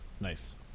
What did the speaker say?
Nice